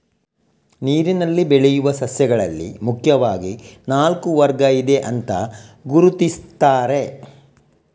ನೀರಿನಲ್ಲಿ ಬೆಳೆಯುವ ಸಸ್ಯಗಳಲ್ಲಿ ಮುಖ್ಯವಾಗಿ ನಾಲ್ಕು ವರ್ಗ ಇದೆ ಅಂತ ಗುರುತಿಸ್ತಾರೆ